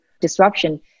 disruption